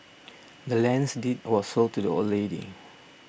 the land's deed was sold to the old lady